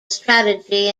strategy